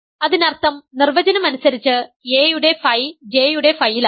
അതിനർത്ഥം നിർവചനം അനുസരിച്ച് a യുടെ Φ J യുടെ Φ യിലാണ്